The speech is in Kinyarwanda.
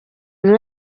buri